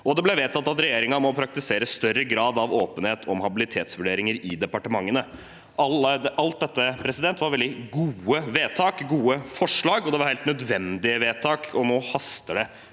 Det ble også vedtatt at regjeringen må praktisere større grad av åpenhet om habilitetsvurderinger i departementene. Alle disse var veldig gode vedtak, gode forslag, og de var helt nødvendige vedtak. Nå haster det